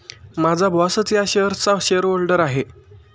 माझा बॉसच या शेअर्सचा शेअरहोल्डर आहे